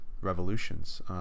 revolutions